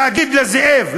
להגיד לזאב,